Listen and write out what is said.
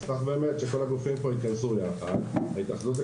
צריך שכל הגופים פה: ההתאחדות לכדורגל,